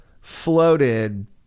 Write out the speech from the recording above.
floated